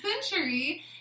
century